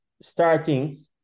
starting